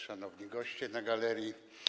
Szanowni Goście na Galerii!